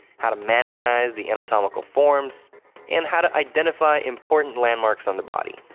how to mannequin eyes the anatomical forms and how to identify important landmarks on the body.